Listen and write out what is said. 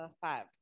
five